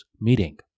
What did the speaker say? meeting